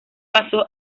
pasó